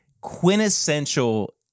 quintessential